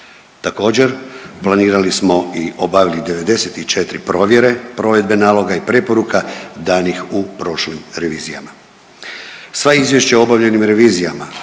Također planirali smo i obavili 94 provjere provedbe naloga i preporuka danih u prošlim revizijama.